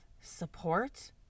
support